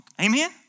Amen